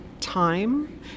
time